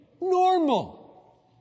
normal